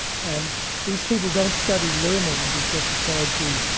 and these people don't study learning because it's hard to